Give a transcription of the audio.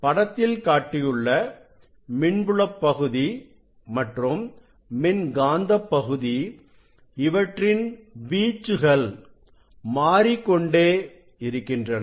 படத்தில் காட்டியுள்ள மின்புலப் பகுதி மற்றும் மின்காந்தப் பகுதி இவற்றின் வீச்சுகள் மாறிக்கொண்டே இருக்கின்றன